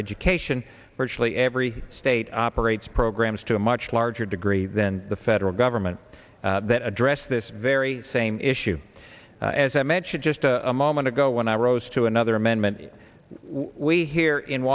education virtually every state operates programs to a much larger degree than the federal government that address this very same issue as i mentioned just a moment ago when i rose to another amendment we here in